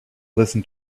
listen